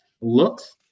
looks